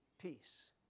peace